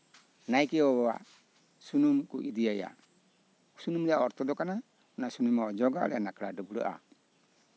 ᱱᱟᱭᱠᱮ ᱵᱟᱵᱟ ᱥᱩᱱᱩᱢ ᱠᱚ ᱤᱫᱤ ᱟᱭᱟ ᱥᱩᱱᱩᱢ ᱨᱮᱭᱟᱜ ᱚᱨᱛᱷᱚ ᱫᱚ ᱠᱟᱱᱟ ᱚᱱᱟ ᱥᱩᱱᱩᱢ ᱮ ᱚᱡᱚᱜᱼᱟ ᱟᱨ ᱱᱟᱲᱠᱟ ᱰᱟᱹᱵᱽᱨᱟᱹᱜᱼᱟ